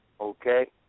okay